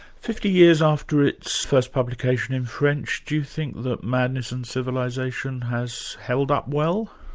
fifty years after its first publication in french, do you think that madness and civilisation has held up well?